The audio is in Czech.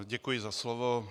Děkuji za slovo.